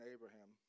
Abraham